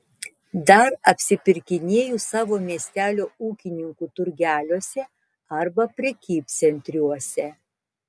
dar apsipirkinėju savo miestelio ūkininkų turgeliuose arba prekybcentriuose